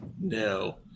No